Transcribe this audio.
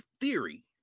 theory